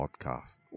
podcast